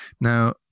Now